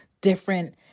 different